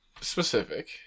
Specific